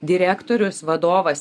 direktorius vadovas